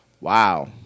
Wow